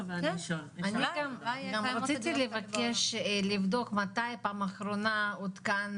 גם רציתי לבקש לבדוק מתי בפעם האחרונה עודכן